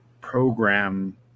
program